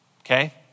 Okay